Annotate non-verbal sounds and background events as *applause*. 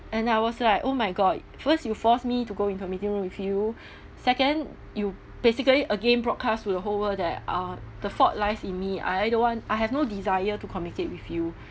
and I was like oh my god first you force me to go into the meeting room with you *breath* second you basically again broadcast to the whole world that uh the fault lies in me I don't want I have no desire to communicate with you